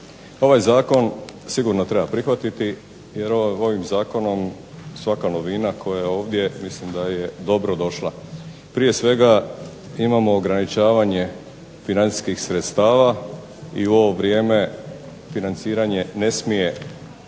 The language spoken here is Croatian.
ovaj zakon sigurno treba prihvatiti jer ovim zakonom svaka novina koja je ovdje mislim da je dobrodošla. Prije svega, imamo ograničavanje financijskih sredstava i u ovo vrijeme financiranje ne smije